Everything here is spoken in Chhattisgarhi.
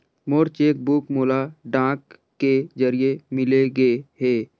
मोर चेक बुक मोला डाक के जरिए मिलगे हे